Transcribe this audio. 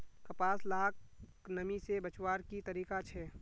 कपास लाक नमी से बचवार की तरीका छे?